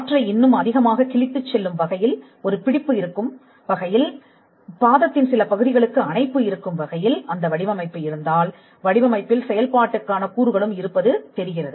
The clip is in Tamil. காற்றை இன்னும் அதிகமாகக் கிழித்துச் செல்லும் வகையில் ஒரு பிடிப்பு இருக்கும் வகையில் பாதத்தின் சில பகுதிகளுக்கு அணைப்பு இருக்கும் வகையில் அந்த வடிவமைப்பு இருந்தால் வடிவமைப்பில் செயல்பாட்டுக்கான கூறுகளும் இருப்பது தெரிகிறது